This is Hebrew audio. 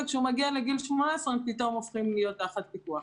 וכשהוא מגיע לגיל 18 הם פתאום הופכים להיות תחת פיקוח.